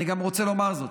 אני רוצה לומר גם זאת: